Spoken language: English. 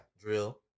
Drill